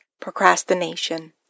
procrastination